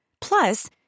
Plus